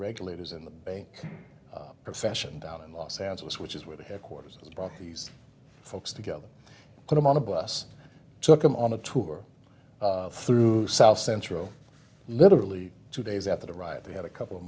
regulators in the bank profession down in los angeles which is where the headquarters is brought these folks together put them on a bus took them on a tour through south central literally two days after the riot they had a couple of